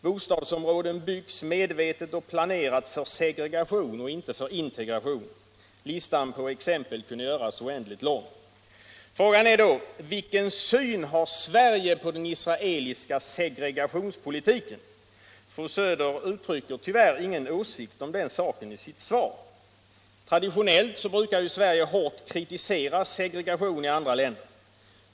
Bostadsområden byggs medvetet och planerat för segregation och inte för integration. Listan på exempel kunde göras oändligt lång. Frågan är då: Vilken syn har Sverige på den israeliska segregationspolitiken? Fru Söder uttrycker tyvärr ingen åsikt om den saken i sitt svar. Traditionellt brukar Sverige hårt kritisera segregation i andra länder.